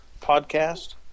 podcast